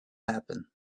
happen